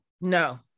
No